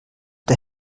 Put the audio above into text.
der